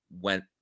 went